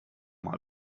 mal